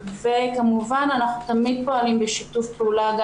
כמובן אנחנו תמיד פועלים בשיתוף פעולה עם